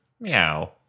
meow